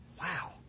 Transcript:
Wow